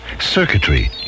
Circuitry